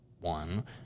one